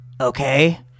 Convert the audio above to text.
Okay